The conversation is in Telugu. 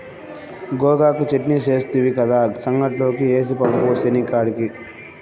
గోగాకు చెట్నీ సేస్తివి కదా, సంగట్లోకి ఏసి పంపు సేనికాడికి